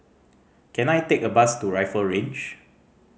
can I take a bus to Rifle Range